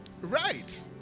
Right